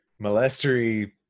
molestery